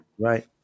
Right